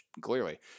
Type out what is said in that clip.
clearly